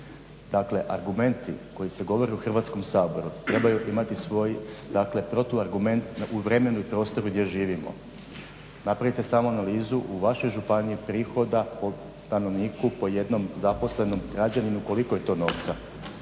Dakle, argumenti koji se govore u Hrvatskom saboru trebaju imati svoj dakle protuargument u vremenu i prostoru gdje živimo. Napravite samo analizu u vašoj županiji prihoda po stanovniku, po jednom zaposlenom građaninu koliko je to novca.